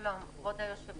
שלום, כבוד היושב-ראש.